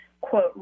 quote